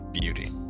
beauty